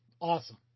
awesome